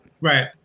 right